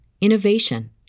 innovation